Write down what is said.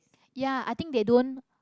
ya i think they don't